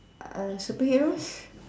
uh superheroes